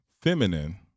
feminine